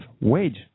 wage